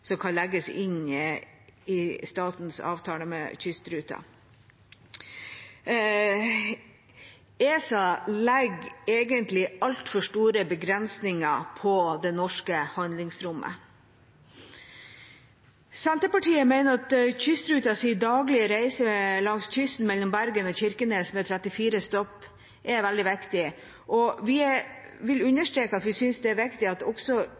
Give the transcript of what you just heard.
kan legges inn i statens avtale med Kystruten. ESA legger egentlig altfor store begrensninger på det norske handlingsrommet. Senterpartiet mener at Kystrutens daglige reise langs kysten mellom Bergen og Kirkenes med 34 stopp er veldig viktig, og vi vil understreke at vi synes det er viktig at det også